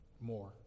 more